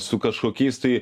su kažkokiais tai